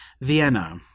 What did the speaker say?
Vienna